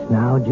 now